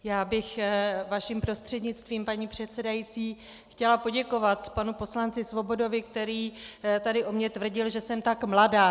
Já bych vaším prostřednictvím, paní předsedající, chtěla poděkovat panu poslanci Svobodovi, který tady o mně tvrdil, že jsem tak mladá.